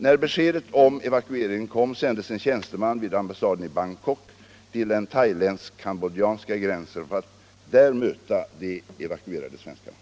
När beskedet om evakueringen kom sändes en tjänsteman vid ambassaden i Bangkok till den thailändsk-cambodjanska gränsen för att där möta de evakuerade svenskarna.